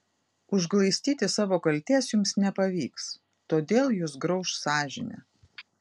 užglaistyti savo kaltės jums nepavyks todėl jus grauš sąžinė